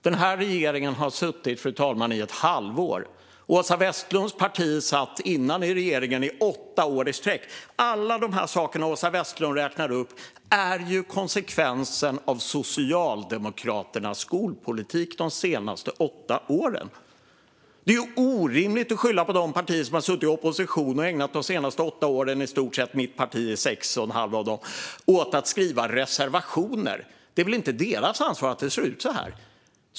Den här regeringen har suttit i ett halvår, fru talman. Åsa Westlunds parti satt dessförinnan i regeringen i åtta år i sträck! Allt det som Åsa Westlund räknar upp är ju konsekvensen av Socialdemokraternas skolpolitik de senaste åtta åren. Det är orimligt att skylla på de partier som har suttit i opposition och ägnat de senaste åtta åren, varav mitt parti sex och ett halvt, åt att skriva reservationer! Det är väl inte deras ansvar att det ser ut så här.